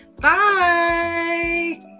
bye